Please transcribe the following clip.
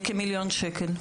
כמיליון שקל.